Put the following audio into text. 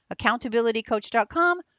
accountabilitycoach.com